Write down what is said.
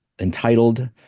entitled